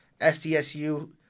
SDSU